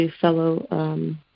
fellow